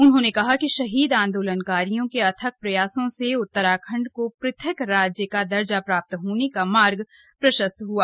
उन्होंने कहा कि शहीद आन्दोलनकारियों के अथक प्रयासों से उत्तराखण्ड को पृथक राज्य का दर्जा प्राप्त होने का मार्ग प्रशस्त हुआ